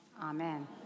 Amen